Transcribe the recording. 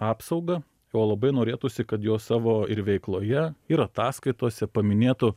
apsauga o labai norėtųsi kad jos savo ir veikloje ir ataskaitose paminėtų